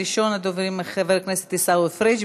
ראשון הדוברים, חבר הכנסת עיסאווי פריג'.